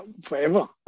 forever